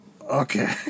Okay